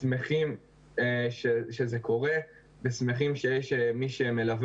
שמחים שזה קורה ושמחים שיש מי שמלווה